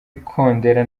ikondera